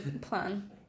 plan